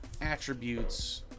attributes